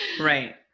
Right